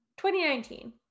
2019